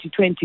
2020